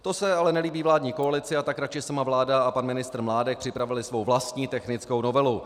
To se ale nelíbí vládní koalici, a tak sama vláda a pan ministr Mládek raději připravili svou vlastní technickou novelu.